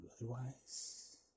otherwise